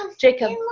Jacob